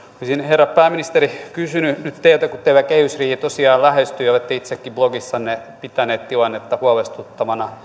olisin herra pääministeri kysynyt nyt teiltä kun teillä kehysriihi tosiaan lähestyy ja olette itsekin blogissanne pitäneet tilannetta huolestuttavana